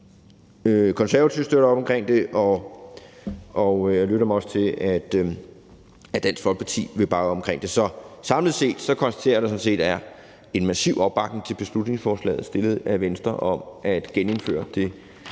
Konservative bakker op om det, og jeg lytter mig også til, at Dansk Folkeparti vil bakke op om det. Så samlet set konstaterer jeg, at der sådan set er en massiv opbakning til beslutningsforslaget fremsat af Venstre om at genindføre det